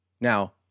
Now